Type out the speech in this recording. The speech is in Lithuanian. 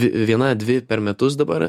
viena dvi per metus dabar